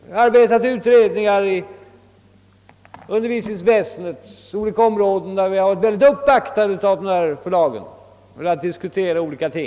Jag har arbetat i utredningar inom undervisningsväsendets olika områden och varit mycket uppvaktad av dessa förlag när det gällt att diskutera olika frågor.